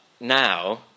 now